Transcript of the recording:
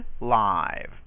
live